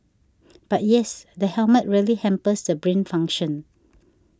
but yes the helmet really hampers the brain function